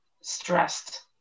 Stressed